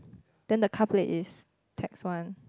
then the car plate is text one